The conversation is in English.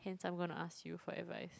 hence I'm gonna ask you for advice